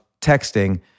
texting